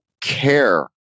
care